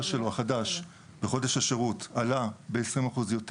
החדש שלו בחודש השירות עלה ב-20% יותר